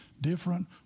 different